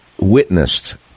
witnessed